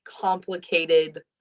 complicated